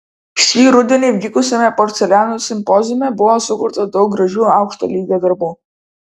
šį rudenį vykusiame porceliano simpoziume buvo sukurta daug gražių aukšto lygio darbų